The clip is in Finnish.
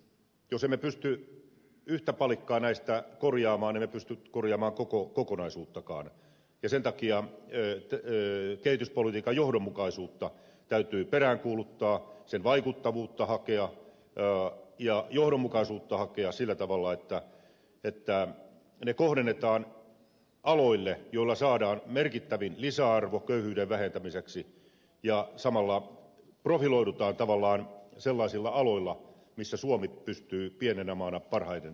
jos emme pysty yhtä palikkaa näistä korjaamaan niin emme pysty korjaamaan koko kokonaisuuttakaan ja sen takia kehityspolitiikan johdonmukaisuutta täytyy peräänkuuluttaa sen vaikuttavuutta hakea ja johdonmukaisuutta hakea sillä tavalla että ne kohdennetaan aloille joilla saadaan merkittävin lisäarvo köyhyyden vähentämiseksi ja samalla profiloidutaan tavallaan sellaisilla aloilla missä suomi pystyy pienenä maana parhaiten toimimaan